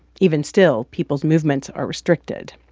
even still, people's movements are restricted.